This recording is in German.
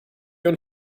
und